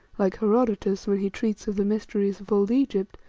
like herodotus when he treats of the mysteries of old egypt,